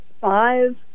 five